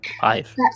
Five